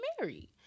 married